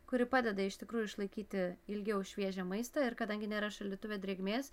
kuri padeda iš tikrųjų išlaikyti ilgiau šviežią maistą ir kadangi nėra šaldytuve drėgmės